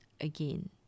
again